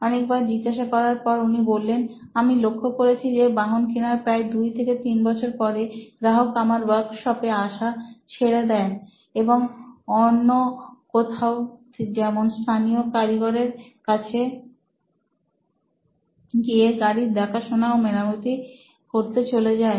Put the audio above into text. অনেকবার জিজ্ঞাসা করার পর উনি বললেন আমি লক্ষ্য করেছি যে বাহন কেনার প্রায় দুই বা তিন বছর পরে গ্রাহক আমার ওয়ার্কশপে আশা ছেড়ে দেন এবং অন্য কোথাও যেমন স্থানীয় কারিগরের কাছে ক্ষমা গাড়ির দেখাশোনা ও মেরামতি করতে চলে যায়